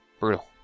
Brutal